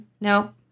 No